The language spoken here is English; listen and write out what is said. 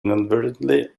inadvertently